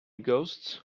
ghosts